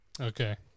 Okay